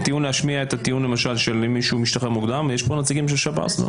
להשמיע את הטיעון של מי שמשתחרר מוקדם יש פה נציגים של שב"ס?